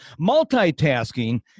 multitasking